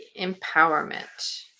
empowerment